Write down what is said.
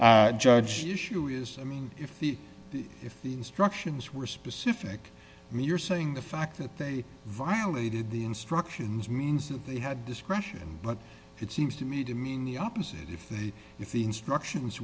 so judge issue is i mean if the if the instructions were specific you're saying the fact that they violated the instructions means that they had discretion but it seems to me to mean the opposite if they if the instructions